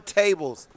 tables